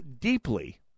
deeply